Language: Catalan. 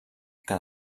que